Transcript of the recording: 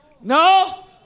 No